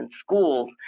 schools